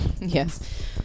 yes